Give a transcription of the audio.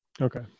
Okay